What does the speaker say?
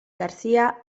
garcía